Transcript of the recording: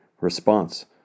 response